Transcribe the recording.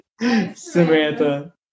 Samantha